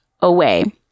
away